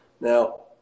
Now